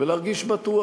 ולהרגיש בטוח.